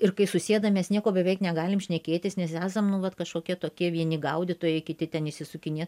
ir kai susėdam mes nieko beveik negalim šnekėtis nes esam nu vat kažkokie tokie vieni gaudytojai kiti ten išsisukinė